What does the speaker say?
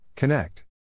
Connect